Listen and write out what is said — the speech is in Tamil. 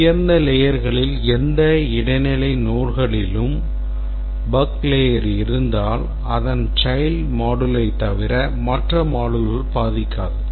உயர்ந்த layerகளில் எந்த இடைநிலை node களிலும் bug இருந்தால் அதன் child module தவிர மற்ற modules பாதிக்காது